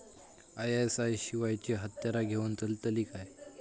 ISI शिवायची हत्यारा घेऊन चलतीत काय?